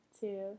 two